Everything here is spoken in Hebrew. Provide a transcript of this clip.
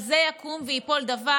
על זה יקום וייפול דבר.